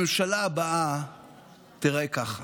הממשלה הבאה תיראה ככה,